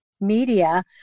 media